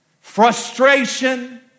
frustration